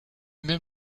même